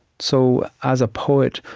so, as a poet,